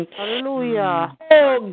Hallelujah